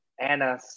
anna